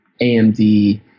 AMD